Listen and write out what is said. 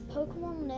Pokemon